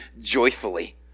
joyfully